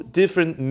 different